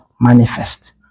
manifest